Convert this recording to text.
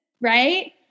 right